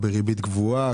בריבית קבועה?